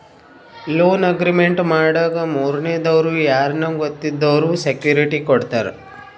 loan agreement ಮಾಡಾಗ ಮೂರನೇ ದವ್ರು ಯಾರ್ನ ಗೊತ್ತಿದ್ದವ್ರು ಸೆಕ್ಯೂರಿಟಿ ಕೊಡ್ತಾರ